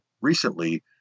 recently